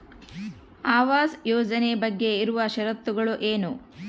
ಆವಾಸ್ ಯೋಜನೆ ಬಗ್ಗೆ ಇರುವ ಶರತ್ತುಗಳು ಏನು?